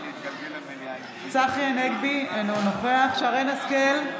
נגד צחי הנגבי, אינו נוכח שרן מרים השכל,